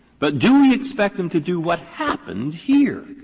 but do we expect them to do what happened here?